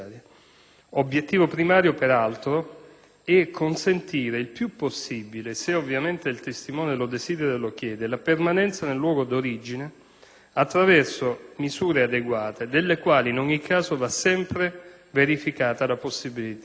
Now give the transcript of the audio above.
Obiettivo primario, peraltro, è consentire il più possibile, se ovviamente il testimone lo desidera o lo chiede, la permanenza nel luogo di origine attraverso misure adeguate delle quali, in ogni caso, va sempre verificata la possibilità.